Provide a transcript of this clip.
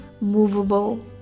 movable